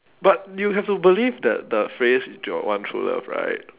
but you have to believe that the phrase your one true love right